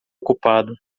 ocupado